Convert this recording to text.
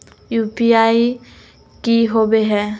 UPI की होवे है?